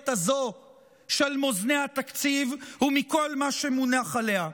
הזו של מאזני התקציב ומכל מה שמונח עליה.